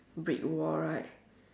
brick wall right